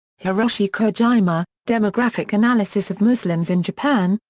hiroshi kojima, demographic analysis of muslims in japan,